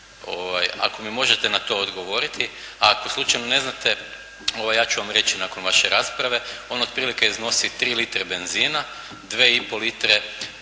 Ako mi možete na to odgovoriti, a ako slučajno ne znate, ja ću vam reći nakon vaše rasprave, on otprilike iznosi 3 litre benzine, 2 i